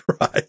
Right